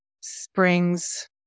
Springs